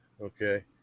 Okay